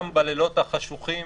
גם בלילות החשוכים